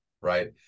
Right